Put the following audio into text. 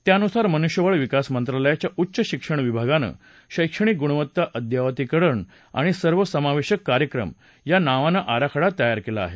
त्यानुसार मनुष्यबळ विकास मंत्रालयाच्या उच्च शिक्षण विभागानं शैक्षणिक गुणवत्ता अद्ययावतीकरण आणि सर्वसमावेशक कार्यक्रम या नावानं आराखडा तयार केला आहे